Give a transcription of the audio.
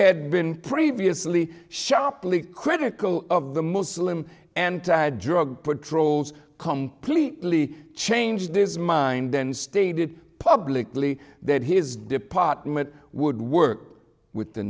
had been previously sharply critical of the muslim anti drug patrols completely changed his mind then stated publicly that his department would work with the